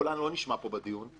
שקולה לא נשמע בדיון,